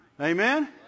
Amen